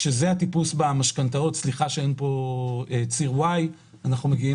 כשזה הטיפוס במשכנתאות אנחנו מגיעים